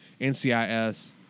NCIS